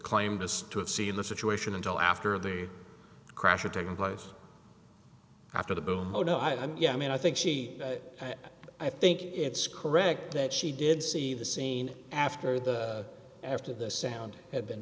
claimed to have seen the situation until after the crash or taken place after the boom oh no i mean yeah i mean i think she i think it's correct that she did see the scene after the after the sound had been